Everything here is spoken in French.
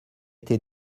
été